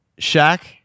Shaq